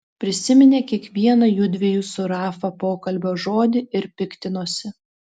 prisiminė kiekvieną jųdviejų su rafa pokalbio žodį ir piktinosi